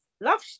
love